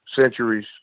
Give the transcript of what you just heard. centuries